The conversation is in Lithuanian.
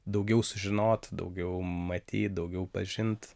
daugiau sužinot daugiau matyt daugiau pažint